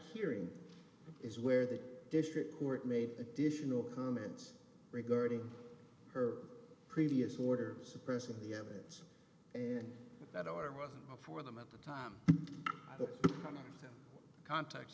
hearing is where the district court made additional comments regarding her previous order suppressing the evidence and that order wasn't for them at the time